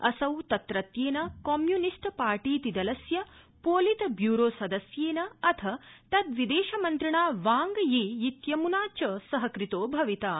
असौ तत्रत्येन कम्युनिस्ट पर्टीतिदलस्य पोलितब्यूरोसदस्येन अथ तद्विदेशमन्त्रिणा वांग यी इत्यमुना च सहकृतो भविता